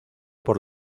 por